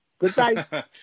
Goodbye